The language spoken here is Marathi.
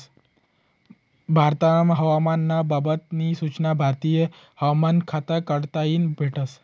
भारतमा हवामान ना बाबत नी सूचना भारतीय हवामान खाता कडताईन भेटस